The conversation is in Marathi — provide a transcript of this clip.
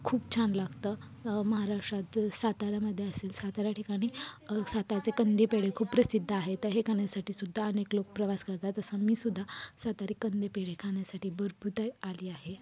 खूप छान लागतं महाराष्ट्रात जसं सातारामध्ये असेल सातारा ठिकाणी सातारचे कंदी पेढे खूप प्रसिद्ध आहे तर हे खाण्यासाठी सुद्धा अनेक लोक प्रवास करतात तसा मी सुद्धा सातारी कंदी पेढे खाण्यासाठी भरपूरदा आली आहे